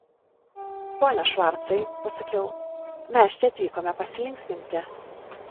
pone švarcai pasakiau mes čia atvykome pasilinksminti